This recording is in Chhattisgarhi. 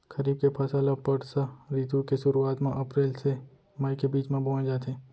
खरीफ के फसल ला बरसा रितु के सुरुवात मा अप्रेल ले मई के बीच मा बोए जाथे